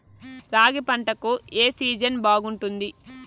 రాగి పంటకు, ఏ సీజన్ బాగుంటుంది?